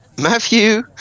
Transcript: Matthew